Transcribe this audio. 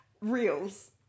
Reels